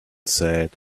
said